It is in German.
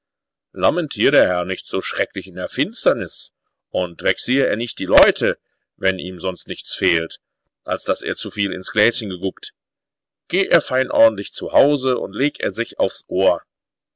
lamentier der herr nicht so schrecklich in der finsternis und vexier er nicht die leute wenn ihm sonst nichts fehlt als daß er zuviel ins gläschen geguckt geh er fein ordentlich zu hause und leg er sich aufs ohr